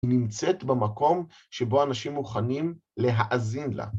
היא נמצאת במקום שבו אנשים מוכנים להאזין לה.